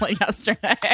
yesterday